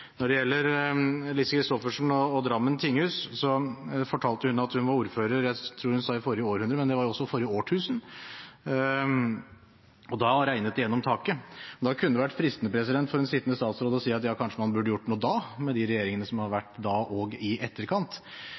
Når det gjelder Lise Christoffersen og Drammen tinghus, fortalte hun at da hun var ordfører – jeg tror hun sa i forrige århundre, men det var også i forrige årtusen – regnet det gjennom taket. Da kunne det vært fristende for en sittende statsråd å si at kanskje man burde gjort noe da med de regjeringene som var da og har vært i etterkant.